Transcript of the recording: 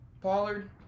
Pollard